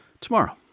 tomorrow